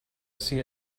see